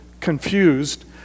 confused